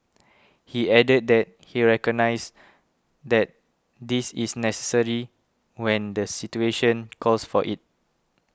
he added that he recognises that this is necessary when the situation calls for it